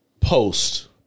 post